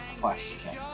question